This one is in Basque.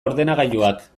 ordenagailuak